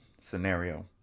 scenario